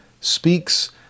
speaks